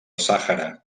sàhara